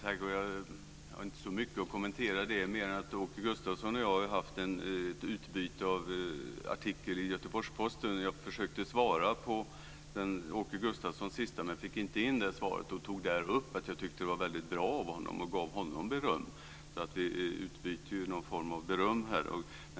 Fru talman! Jag har inte så mycket att säga om det mer än att Åke Gustavsson och jag har haft ett meningsutbyte i artiklar i Göteborgs-Posten. Jag försökte svara på Åke Gustavssons sista artikel, men jag fick inte in svaret. Jag tog där upp att jag tycker att det han gjort är väldigt bra, och jag gav honom beröm. Vi utbyter någon form av beröm.